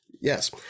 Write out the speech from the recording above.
Yes